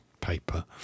paper